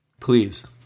please